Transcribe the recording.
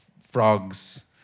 frogs